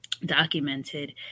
documented